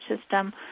system